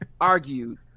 argued